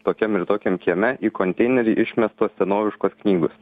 tokiam ir tokiam kieme į konteinerį išmestos senoviškos knygos